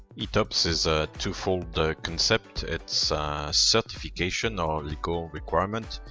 etops is a twofold concept it's ah a certification or legal requirement,